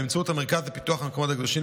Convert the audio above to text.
באמצעות המרכז לפיתוח המקומות הקדושים,